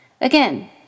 Again